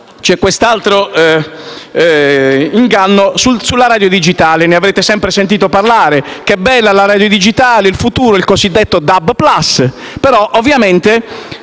C'è quest'altro inganno sulla radio digitale, ne avrete sentito parlare: che bella la radio digitale, il futuro e il cosiddetto DAB+. Però sono